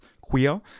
queer